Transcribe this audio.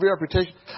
reputation